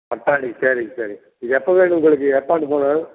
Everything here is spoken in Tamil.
தக்காளி சரிங்க சரி இது எப்போ வேணும் உங்களுக்கு எப்போ அனுப்பனும்